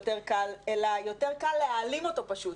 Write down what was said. אלא יותר קל להעלים אותו פשוט,